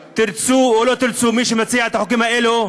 תרצו או לא תרצו, מי שמציע את החוקים האלה,